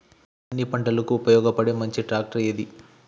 అన్ని పంటలకు ఉపయోగపడే మంచి ట్రాక్టర్ ఏది?